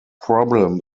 problem